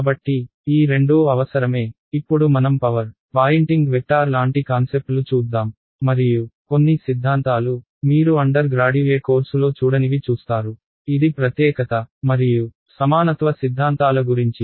కాబట్టి ఈ రెండూ అవసరమే ఇప్పుడు మనం పవర్ పాయింటింగ్ వెక్టార్ లాంటి కాన్సెప్ట్లు చూద్దాం మరియు కొన్ని సిద్ధాంతాలు మీరు అండర్ గ్రాడ్యుయేట్ కోర్సులో చూడనివి చూస్తారు ఇది ప్రత్యేకత మరియు సమానత్వ సిద్ధాంతాల గురించి